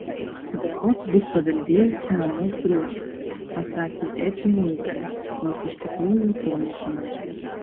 berods bus paveldėjusi mamos grožį pasakė edžiui mėtinis nors iš tikrųjų to nežinojo